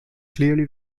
clearly